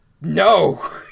No